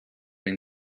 been